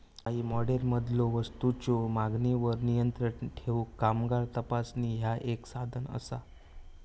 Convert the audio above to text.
काही मॉडेल्समधलो वस्तूंच्यो मागणीवर नियंत्रण ठेवूक कामगार तपासणी ह्या एक साधन असा